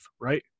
right